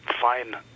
fine